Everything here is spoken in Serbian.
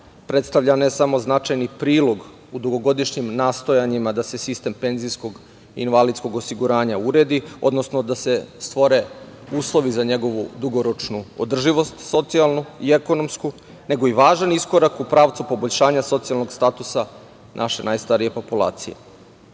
predstavlja ne samo značajni prilog u dugogodišnjem nastojanjima da se sistem penzijskog i invalidskog osiguranja uredi, odnosno, da se stvore uslovi za njegovu dugoročnu socijalnu održivost i ekonomsku, nego i važan iskorak u pravcu poboljšanja socijalnog statusa naše najstarije populacije.Za